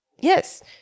Yes